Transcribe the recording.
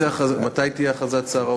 מתי תהיה הכרזת שר האוצר?